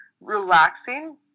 relaxing